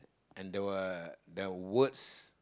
and there were their words